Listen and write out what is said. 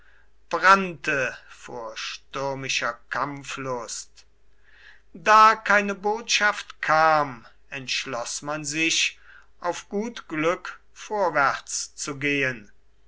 brannte vor stürmischer kampflust da keine botschaft kam entschloß man sich auf gut glück vorwärts zu gehen